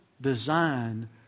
design